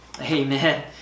Amen